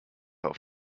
auf